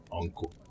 uncle